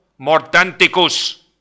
Mortanticus